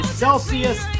celsius